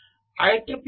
IEEE 15